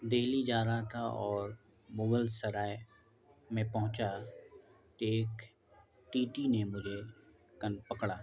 دلی جا رہا تھا اور مغل سرائے میں پہنچا ایک ٹی ٹی نے مجھے کن پکڑا